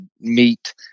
meet